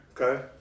Okay